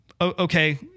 Okay